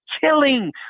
killing